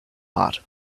heart